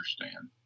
understand